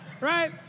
right